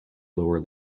lower